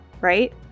right